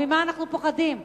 אז ממה אנחנו פוחדים?